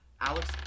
Alex